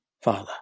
Father